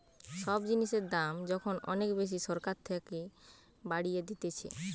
সব জিনিসের দাম যখন অনেক বেশি সরকার থাকে বাড়িয়ে দিতেছে